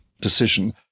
decision